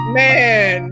man